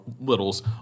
Littles